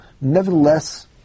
nevertheless